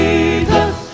Jesus